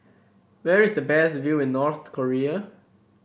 where is the best view in North Korea